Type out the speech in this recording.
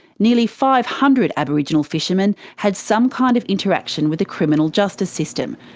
nearly five hundred aboriginal fishermen had some kind of interaction with the criminal justice system,